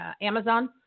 Amazon